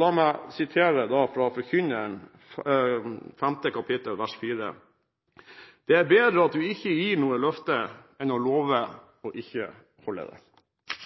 La meg sitere fra Forkynneren, kapittel 5, vers 4: «Det er bedre at du ikke gir ham noe løfte, enn å love og ikke holde det.»